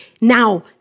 Now